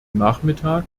nachmittag